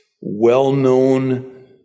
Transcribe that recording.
well-known